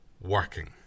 working